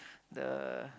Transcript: the